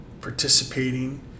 participating